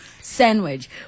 sandwich